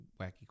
wacky